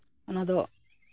ᱚᱱᱟᱫᱚ